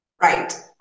Right